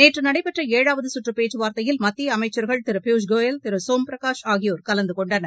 நேற்று நடைபெற்ற ஏழாவது கற்று பேச்சவார்த்தையில் மத்திய அமைச்சுகள் திரு பியூஷ்கோயல் திரு சோம்பிரனஷ் ஆகியோர் கலந்து கொண்டனர்